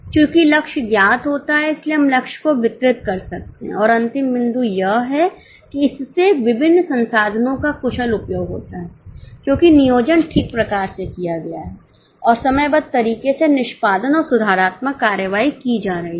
चूंकि लक्ष्य ज्ञात होता है इसलिए हम लक्ष्यको वितरित कर सकते हैं और अंतिम बिंदु यह है कि इससे विभिन्न संसाधनों का कुशल उपयोग होता है क्योंकि नियोजन ठीक प्रकार से किया गया है और समयबद्ध तरीके से निष्पादन और सुधारात्मक कार्रवाई की जा रही है